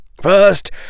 First